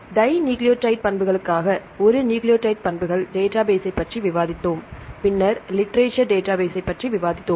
எனவே டைநியூக்ளியோடைடு பண்புகளுக்காக ஒரு நியூக்ளியோடைடு பண்புகள் டேட்டாபேஸ்ஸைப் பற்றி விவாதித்தோம் பின்னர் லிட்ரேசர் டேட்டாபேஸ்ஸைப் பற்றி விவாதித்தோம்